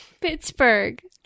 Pittsburgh